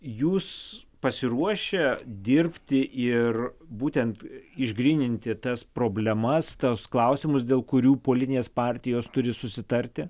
jūs pasiruošę dirbti ir būtent išgryninti tas problemas tas klausimus dėl kurių politinės partijos turi susitarti